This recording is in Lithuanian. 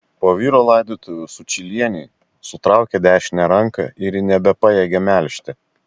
po vyro laidotuvių sučylienei sutraukė dešinę ranką ir ji nebepajėgė melžti